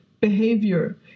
behavior